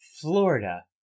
Florida